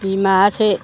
बिमायासो